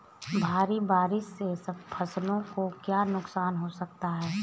भारी बारिश से फसलों को क्या नुकसान हो सकता है?